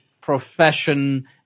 profession